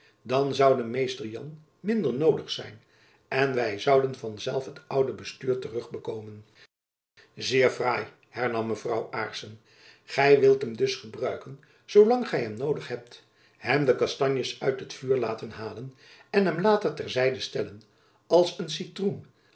dan zoude mr jan minder noodig zijn en wy zouden van zelf het oude bestuur terug bekomen zeer fraai hernam mevrouw aarssen gy wilt hem dus gebruiken zoo lang gy hem noodig hebt hem de kastanjes uit het vuur laten halen en hem later ter zijde stellen als een citroen